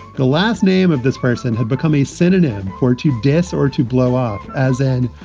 the last name of this person had become a synonym for to death or to blow off. as in,